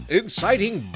inciting